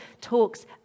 talks